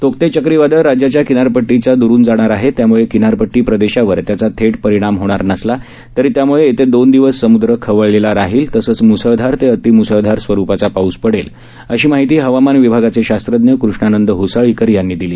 Tauktae चक्रीवादळ राज्याच्या किनारपट्टीच्या दुरून जाणार आहे त्यामुळे किनारपट्टी प्रदेशावर त्याचा थेट परिणाम होणार नसला तरी त्याम्ळे येते दोन दिवस समुद्र खवळलेला राहील तसंच म्सळधार ते अतिम्सळधार स्वरुपाचा पाऊस पडेल अशी माहिती हवामान विभागाचे शास्त्रज्ञ कृष्णानंद होसाळीकर यांनी दिली